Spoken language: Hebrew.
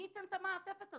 מי ייתן את המעטפת הזאת?